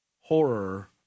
horror